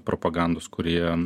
propagandos kurie